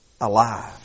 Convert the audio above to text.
alive